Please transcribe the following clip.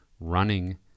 running